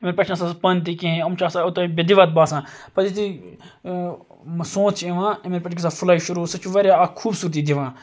یِمَن پیٚٹھ چھُ نہٕ آسان سُہ پَن تہِ کِہیٖنۍ یِم چھِ آسان اوٚتانۍ دِوَتھ باسان پَتہٕ یِتھُے سونت چھُ یِوان امے پیٚٹھ چھ گژھان فُلاے شُروٗع یہ چھ واریاہ اکھ خوٗبصوٗرتی دِوان